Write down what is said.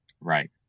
Right